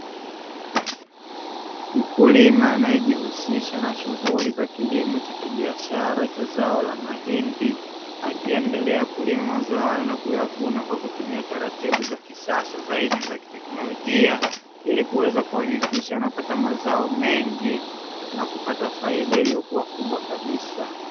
Mkulima anayejihusisha na shughuli ya kilimo cha kibiashara cha zao la mahindi, akiendelea kulima mazao hayo na kuyavuna kwa kutumia taratibu za kisasa zaidi na za kiteknolojia, ili kuwezakuhakikisha kupata mazao mengi na kupata faida iliyokubwa kabisa.